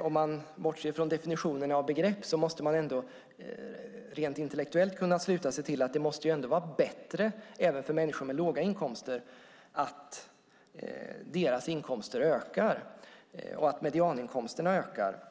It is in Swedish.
Om man bortser från definitionen av begrepp måste man ändå rent intellektuellt kunna sluta sig till att det ändå måste vara bättre även för människor med låga inkomster att deras inkomster ökar och att medianinkomsterna